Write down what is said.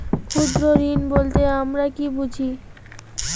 ক্ষুদ্র ঋণ বলতে আমরা কি বুঝি?